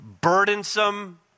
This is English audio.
burdensome